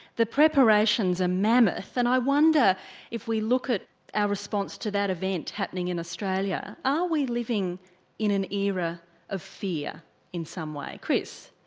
the preparations are mammoth and i wonder if we look at our response to that event, happening in australia, are we living in an era of fear in some way? chris.